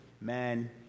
man